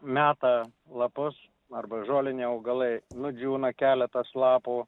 meta lapus arba žoliniai augalai nudžiūna keletas lapų